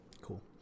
cool